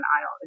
aisle